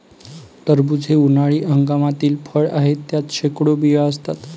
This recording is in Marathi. टरबूज हे उन्हाळी हंगामातील फळ आहे, त्यात शेकडो बिया असतात